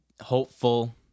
hopeful